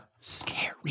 Scary